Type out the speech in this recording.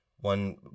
One